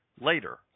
later